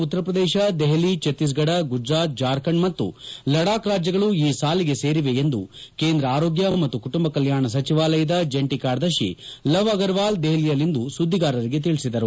ಉತ್ತರಪ್ರದೇಶ ದೆಹಲಿ ಛತ್ತೀಸ್ಗಢ ಗುಜರಾತ್ ಜಾರ್ಖಂಡ್ ಮತ್ತು ಲಡಾಕ್ ರಾಜ್ಜಗಳು ಈ ಸಾಲಿಗೆ ಸೇರಿವೆ ಎಂದು ಕೇಂದ್ರ ಆರೋಗ್ಯ ಮತ್ತು ಕುಟುಂಬ ಕಲ್ಚಾಣ ಸಚಿವಾಲಯದ ಜಂಟ ಕಾರ್ಯದರ್ಶಿ ಲವ್ ಅಗರ್ವಾಲ್ ದೆಹಲಿಯಲ್ಲಿಂದು ಸುದ್ದಿಗಾರರಿಗೆ ತಿಳಿಸಿದರು